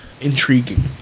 intriguing